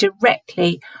directly